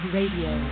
Radio